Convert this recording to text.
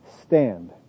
stand